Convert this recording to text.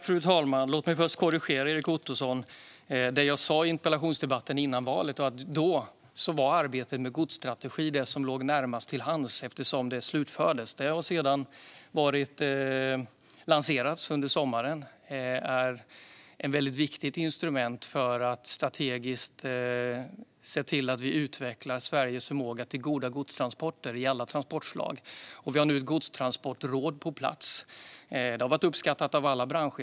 Fru talman! Låt mig först korrigera Erik Ottoson. Det som jag sa i interpellationsdebatten före valet var att arbetet med en godsstrategi då var det som låg närmast till hands, eftersom det slutfördes. Detta har sedan lanserats under sommaren och är ett mycket viktigt instrument för att strategiskt se till att vi utvecklar Sveriges förmåga till goda godstransporter i alla transportslag. Vi har nu ett godstransportråd på plats. Det har varit uppskattat av alla branscher.